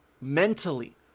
mentally